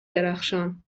درخشان